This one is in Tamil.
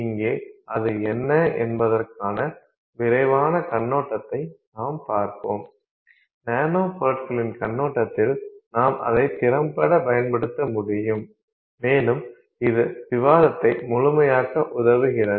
இங்கே அது என்ன என்பதற்கான விரைவான கண்ணோட்டத்தை நாம் பார்போம் நானோ பொருட்களின் கண்ணோட்டத்தில் நாம் அதை திறம்பட பயன்படுத்த முடியும் மேலும் இது விவாதத்தை முழுமையாக்க உதவுகிறது